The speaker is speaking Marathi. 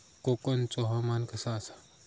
कोकनचो हवामान कसा आसा?